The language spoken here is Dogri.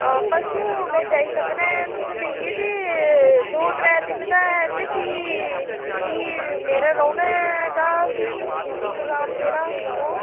हां परसूं में जाई सकना ऐं तुसें ई लेइयै ते दो त्रै दिन दा ऐ ते फ्ही फ्ही मेरे रौह्ने दा फ्ही इंतजाम जेह्ड़ा ओह्